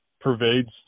pervades